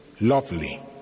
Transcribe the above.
lovely